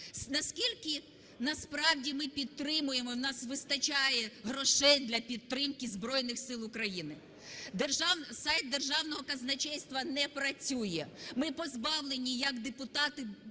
наскільки насправді ми підтримуємо, у нас вистачає грошей для підтримки Збройних Сил України. Сайт Державного казначейства не працює. Ми позбавлені як депутати бачити,